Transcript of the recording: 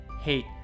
hate